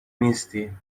نیستی